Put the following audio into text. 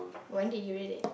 when did you read it